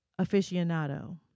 aficionado